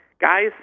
guys